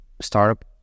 startup